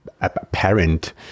apparent